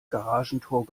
garagentor